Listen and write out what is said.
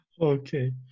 Okay